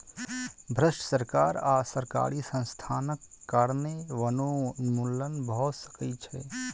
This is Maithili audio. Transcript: भ्रष्ट सरकार आ सरकारी संस्थानक कारणें वनोन्मूलन भ सकै छै